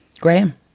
Graham